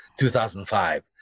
2005